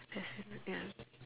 testing ya